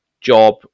job